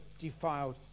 defiled